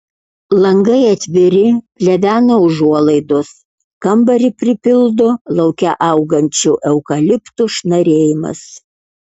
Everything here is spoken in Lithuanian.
langai atviri plevena užuolaidos kambarį pripildo lauke augančių eukaliptų šnarėjimas